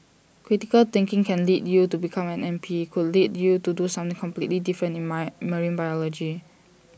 critical thinking can lead you to become an M P could lead you to do something completely different in my marine biology